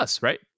right